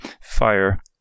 fire